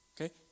Okay